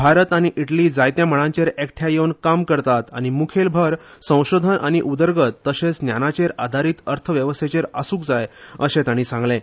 भारत आऩी इटली जायत्या मळांचेर एकठांय येवन काम करतात आनी मुखेल भर संशोधन आनी उदरगत तशेंच ज्ञानाचेर आदारीत अर्थवेवस्थेचेर आसूंक जाय अशें ताणी सांगलें